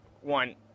One